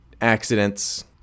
accidents